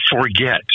forget